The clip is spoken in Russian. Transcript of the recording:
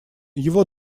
его